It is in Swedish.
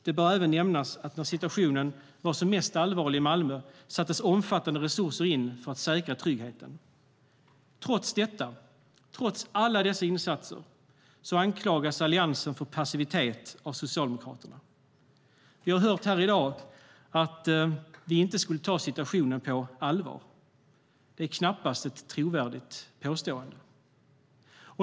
Det bör även nämnas att när situationen var som allvarligast i Malmö sattes omfattande resurser in för att säkra tryggheten. Trots alla dessa insatser anklagas Alliansen för passivitet av Socialdemokraterna. Vi har hört här i dag att vi inte skulle ta situationen på allvar. Det är knappast ett trovärdigt påstående.